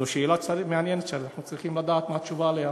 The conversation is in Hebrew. זו שאלה מעניינת שאנחנו צריכים לדעת מה התשובה עליה.